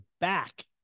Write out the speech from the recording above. back